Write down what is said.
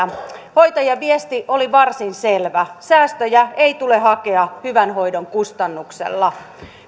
hoitajien viesti oli varsin selvä säästöjä ei tule hakea hyvän hoidon kustannuksella